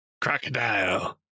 Crocodile